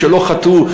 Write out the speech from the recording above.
שלא חטאו,